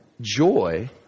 joy